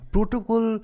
Protocol